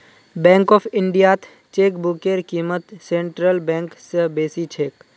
bank of इंडियात चेकबुकेर क़ीमत सेंट्रल बैंक स बेसी छेक